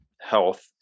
health